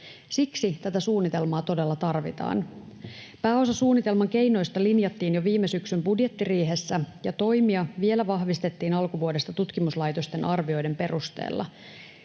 siksi tätä suunnitelmaa todella tarvitaan. Pääosa suunnitelman keinoista linjattiin jo viime syksyn budjettiriihessä, ja toimia vielä vahvistettiin alkuvuodesta tutkimuslaitosten arvioiden perusteella.